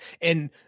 And-